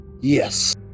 Yes